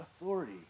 authority